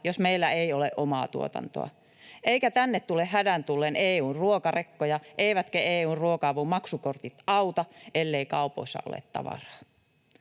jos meillä ei ole omaa tuotantoa, eikä tänne tule hädän tullen EU:n ruokarekkoja, eivätkä EU:n ruoka-avun maksukortit auta, ellei kaupoissa ole tavaraa.